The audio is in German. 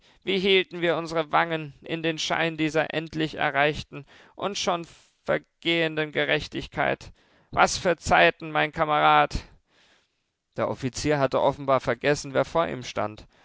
wie hielten wir unsere wangen in den schein dieser endlich erreichten und schon vergehenden gerechtigkeit was für zeiten mein kamerad der offizier hatte offenbar vergessen wer vor ihm stand